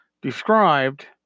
described